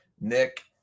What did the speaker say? Nick